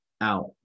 Out